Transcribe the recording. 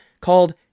called